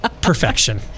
Perfection